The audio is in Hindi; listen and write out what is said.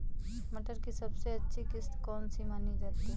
मटर की सबसे अच्छी किश्त कौन सी मानी जाती है?